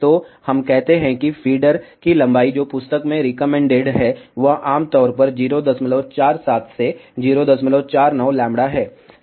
तो हम कहते हैं कि फीडर की लंबाई जो पुस्तक में रिकमेंडेड है वह आमतौर पर 047 से 049λ है